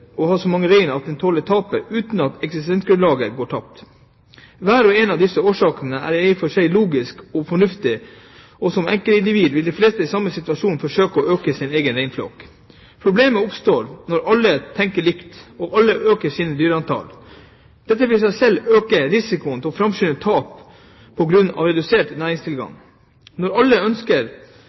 å ha så mange rein at en tåler tapet uten at eksistensgrunnlaget går tapt. Hver og en av disse årsakene er i og for seg logisk og fornuftig, og som enkeltindivid vil de fleste i samme situasjon forsøke å øke sin egen reinflokk. Problemet oppstår når alle tenker likt og alle øker sitt dyretall. Dette vil i seg selv øke risikoen og framskynde tap på grunn av redusert næringstilgang. Når alle